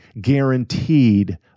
guaranteed